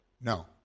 No